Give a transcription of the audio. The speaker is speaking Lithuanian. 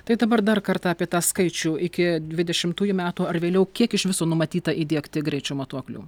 tai dabar dar kartą apie tą skaičių iki dvidešimtųjų metų ar vėliau kiek iš viso numatyta įdiegti greičio matuoklių